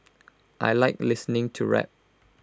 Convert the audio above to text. I Like listening to rap